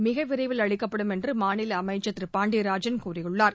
மிக விரைவில் அளிக்கப்படும் என்று மாநில அமைச்சா் திரு பாண்டியராஜன் கூறியுள்ளாா்